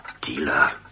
Dealer